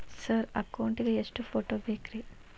Sir account ಗೇ ಎಷ್ಟು photo ಬೇಕ್ರಿ?